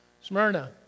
Smyrna